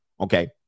Okay